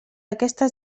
aquestes